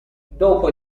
dopo